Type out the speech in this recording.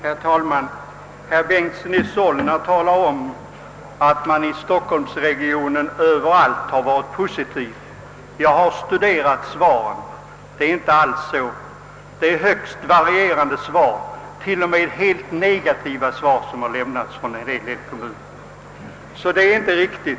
Herr talman! Herr Bengtson i Solna talar om att man överallt i stockholmsregionen varit positiv till en gemensam bostadsförmedling. Jag har studerat svaren och funnit att de är högst varierande. Från en del håll har till och med helt negativa svar lämnats. Herr Bengtsons påstående är sålunda inte riktigt.